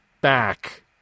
back